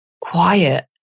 quiet